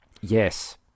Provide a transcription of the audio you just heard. Yes